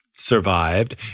survived